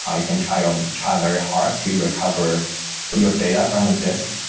ah you can try um try very hard to recover but your data from the disk,